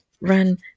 run